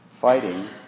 Fighting